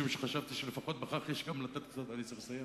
משום שחשבתי שלפחות בכך יש, אני צריך לסיים?